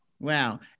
Wow